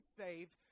saved